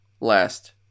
Last